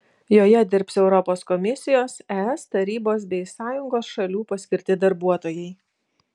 joje dirbs europos komisijos es tarybos bei sąjungos šalių paskirti darbuotojai